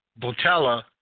Botella